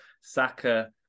Saka